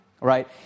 Right